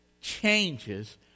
changes